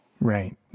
Right